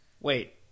Wait